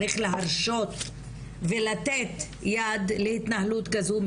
צריך להרשות ולתת יד להתנהלות כזו,